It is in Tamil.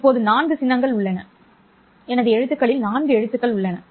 இப்போது நான்கு சின்னங்கள் உள்ளன எனது எழுத்துக்களில் 4 எழுத்துக்கள் உள்ளன